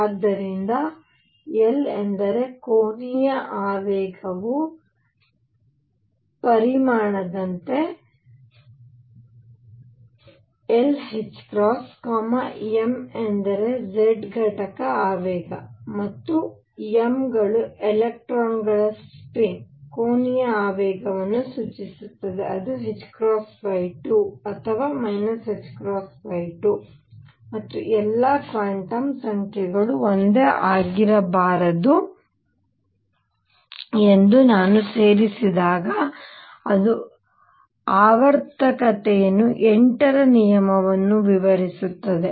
ಆದ್ದರಿಂದ l ಎಂದರೆ ಕೋನೀಯ ಆವೇಗವು ಪರಿಮಾಣದಂತೆ l m ಎಂದರೆ z ಘಟಕ ಆವೇಗ ಮತ್ತು m ಗಳು ಎಲೆಕ್ಟ್ರಾನ್ನ ಸ್ಪಿನ್ ಕೋನೀಯ ಆವೇಗವನ್ನು ಸೂಚಿಸುತ್ತದೆ ಅದು 2 ಅಥವಾ 2 ಮತ್ತು ಎಲ್ಲಾ ಕ್ವಾಂಟಮ್ ಸಂಖ್ಯೆಗಳು ಒಂದೇ ಆಗಿರಬಾರದು ಎಂದು ನಾನು ಸೇರಿಸಿದಾಗ ಅದು ಆವರ್ತಕತೆಯನ್ನು 8 ರ ನಿಯಮವನ್ನು ವಿವರಿಸುತ್ತದೆ